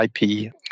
IP